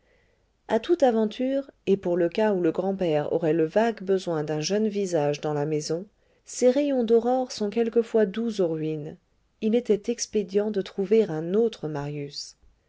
à toute aventure et pour le cas où le grand-père aurait le vague besoin d'un jeune visage dans la maison ces rayons d'aurore sont quelquefois doux aux ruines il était expédient de trouver un autre marius